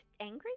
angry